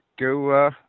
go